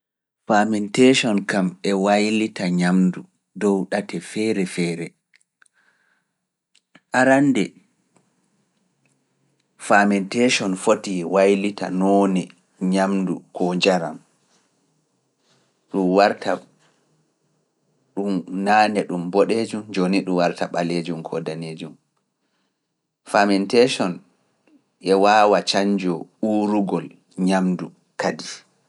Faaminteeson kam e waylita ñamndu dow ɗate feere feere. Arannde faaminteeson fotii waylita noone ñamndu koo njaram. Ɗum warta ɗum naane ɗum boɗeejum, joni ɗum warta ɓaleejum koo daneejum. Faaminteeson e waawa cañjo uurugol ñamndu kadi.